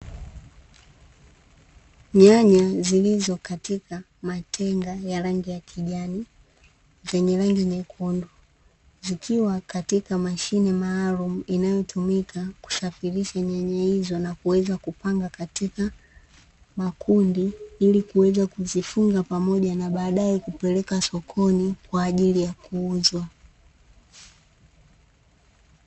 Nyanya zilizo katika matenga ya rangi ya kijani, zenye rangi nyekundu, zikiwa katika mashine maalumu inayotumika kusafirisha nyanya hizo na kuweza kupanga katika makundi, ili kuweza kuzifunga pamoja na, baadae, kupeleka sokoni kwa ajili ya kuuzwa.